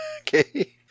Okay